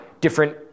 different